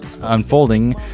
unfolding